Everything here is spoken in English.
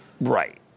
Right